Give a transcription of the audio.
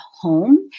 home